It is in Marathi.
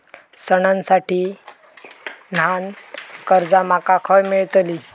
सणांसाठी ल्हान कर्जा माका खय मेळतली?